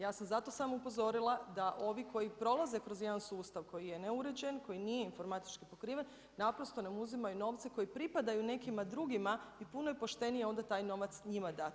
Ja sam zato samo upozorila da ovi koji prolaze kroz jedan sustav koji je neuređen, koji nije informatički pokriven naprosto ne uzimaju novce koji pripadaju nekima drugima i puno je poštenije onda taj novac njima dati.